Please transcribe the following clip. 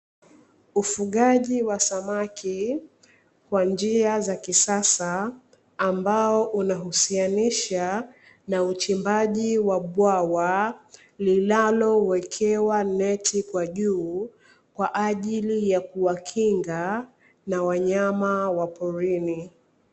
Ufugaji wa samaki kwa njia za kisasa ambao unahusianishaa na uchimbaji wa bwawa linalowekewa neti kwa juu, kwaajili ya kuwakinga na wanyama wa porini.